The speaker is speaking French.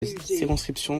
circonscription